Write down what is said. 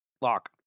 Lock